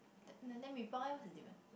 then like then Mee-Pok eh what's the difference